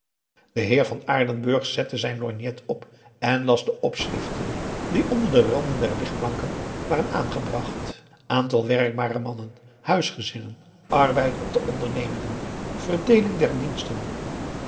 de heer van aardenburg zette zijn lorgnet op en las de opschriften die onder op de randen der legplanken waren aangebracht aantal werkbare mannen huisgezinnen arbeid op de ondernemingen verdeeling der diensten